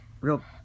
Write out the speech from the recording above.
real